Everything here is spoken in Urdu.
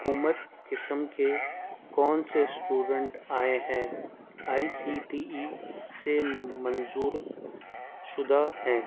حکومت قسم کے کون سے اسٹوڈنٹ آئے ہیں آئی سی ٹی ای سے منظور شدہ ہیں